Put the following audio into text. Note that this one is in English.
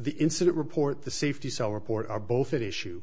the incident report the safety cell report are both an issue